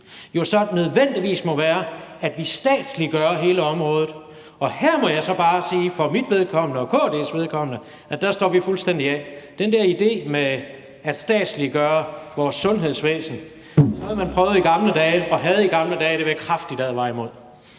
så nødvendigvis må være, at vi statsliggør hele området. Og her må jeg altså bare for mit vedkommende og KD's vedkommende sige, at der står vi fuldstændig af. Den der idé med at statsliggøre vores sundhedsvæsen var noget, man prøvede i gamle dage og havde i gamle dage, og det vil jeg kraftigt advare imod.